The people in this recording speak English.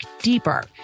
deeper